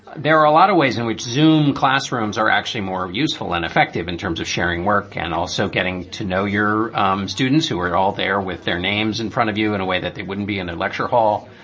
there are a lot of ways in which zoome classrooms are actually more useful and effective in terms of sharing work and also getting to know your um students who are all there with their names in front of you in a way that they wouldn't be in a lecture hall.